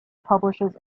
publishes